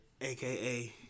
AKA